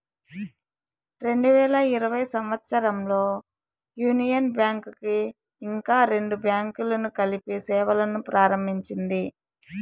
రెండు వేల ఇరవై సంవచ్చరంలో యూనియన్ బ్యాంక్ కి ఇంకా రెండు బ్యాంకులను కలిపి సేవలును ప్రారంభించింది